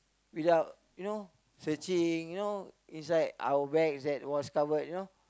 without you know searching you know inside our bags that was covered you know